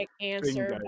answer